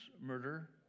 murder